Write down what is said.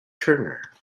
turner